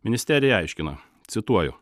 ministerija aiškina cituoju